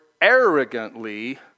arrogantly